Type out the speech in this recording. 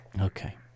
Okay